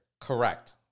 Correct